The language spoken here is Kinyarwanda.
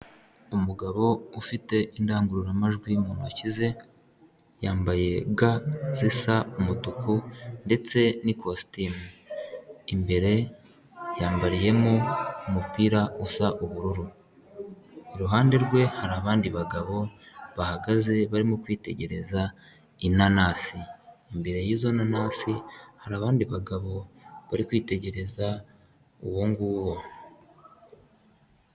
Umugabo ufite indangururamajwi mu ntoki ze, yambaye ga zisa umutuku, ndetse n'ikositimu. Imbere yambariyemo umupira usa ubururu. Iruhande rwe hari abandi bagabo bahagaze barimo kwitegereza inanasi, imbere y'izoanasi hari abandi bagabo bari kwitegereza uwonguwo.